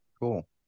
cool